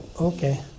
Okay